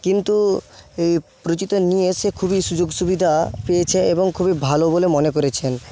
কিন্তু নিয়ে খুবই সুযোগ সুবিধা পেয়েছে এবং খুবই ভালো বলে মনে করেছেন